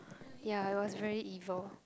ya it was very evil